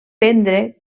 prendre